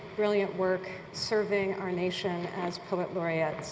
brilliant work serving our nation as poet laureate.